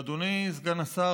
אדוני סגן השר,